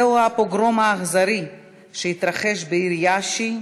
זהו הפוגרום האכזרי שהתרחש בעיר יאשי,